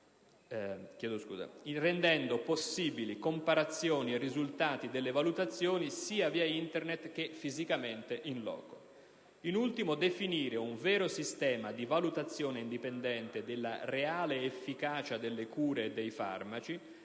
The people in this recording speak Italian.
rendere possibili comparazioni e risultati delle valutazioni sia via internet che fisicamente in loco; 4) definire un vero sistema di valutazione indipendente della reale efficacia delle cure e dei farmaci